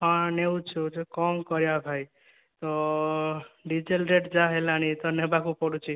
ହଁ ନେଉଛୁ ଯେ କଣ କରିବା ଭାଇ ଡିଜେଲ ରେଟ୍ ଯାହା ହେଲାଣି ତ ନେବାକୁ ପଡ଼ୁଛି